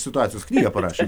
situacijos knygą parašė